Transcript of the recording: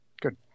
good